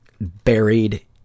buried